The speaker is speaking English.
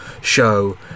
show